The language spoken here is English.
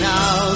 Now